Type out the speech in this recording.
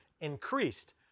increased